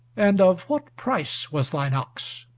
and of what price was thine ox?